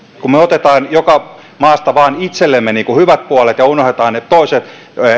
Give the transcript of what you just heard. kun me otamme joka maasta itsellemme vain hyvät puolet ja unohdamme ne toiset